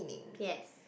yes